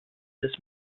des